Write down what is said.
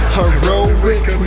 heroic